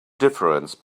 difference